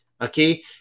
Okay